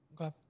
Okay